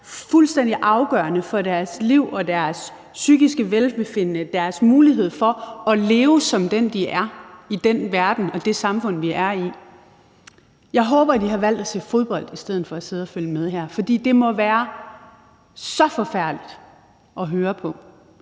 fuldstændig afgørende for deres liv og deres psykiske velbefindende, deres mulighed for at leve som den, de er, i den verden og det samfund, vi er i, har valgt at se fodbold i stedet for at sidde og følge med her, for det må være så forfærdeligt at høre på,